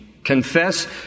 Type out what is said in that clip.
Confess